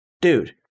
Dude